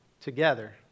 together